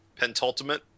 Pentultimate